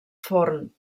forn